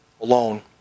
alone